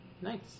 Nice